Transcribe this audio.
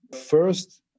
first